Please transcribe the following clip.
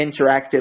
interactive